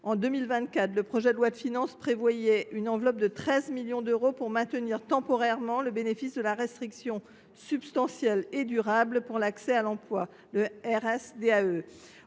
Le projet de loi de finances pour 2024 prévoyait une enveloppe de 13 millions d’euros pour maintenir temporairement le bénéfice de la restriction substantielle et durable pour l’accès à l’emploi (RSDAE)